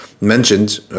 Mentioned